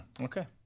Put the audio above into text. Okay